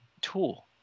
tool